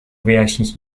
wyjaśnić